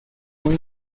muy